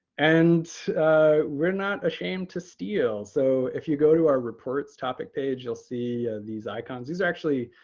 and we're not ashamed to steal. so if you go to our reports topic page, you'll see these icons. these are actually